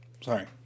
Sorry